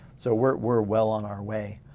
so we're well on our way